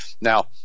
Now